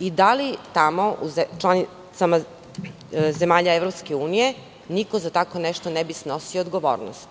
i da li u zemljama članicama EU niko za tako nešto ne bi snosio odgovornost?